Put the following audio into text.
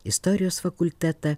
istorijos fakultetą